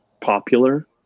popular